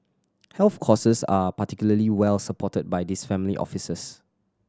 health causes are particularly well supported by these family offices